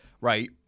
Right